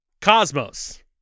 Cosmos